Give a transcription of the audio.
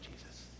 Jesus